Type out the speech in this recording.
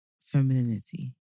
Femininity